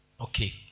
Okay